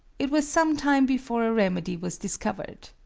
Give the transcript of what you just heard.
it was some time before a remedy was discovered.